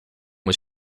was